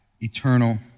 eternal